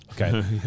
Okay